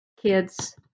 kids